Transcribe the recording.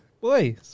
boy